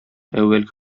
әүвәлге